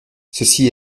ceci